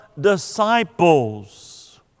disciples